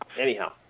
Anyhow